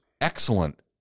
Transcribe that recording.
excellent